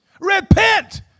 Repent